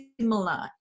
similar